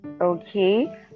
okay